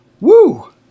Woo